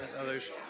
others